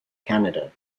canada